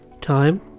Time